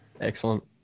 Excellent